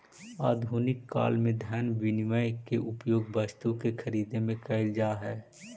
आधुनिक काल में धन विनिमय के उपयोग वस्तु के खरीदे में कईल जा हई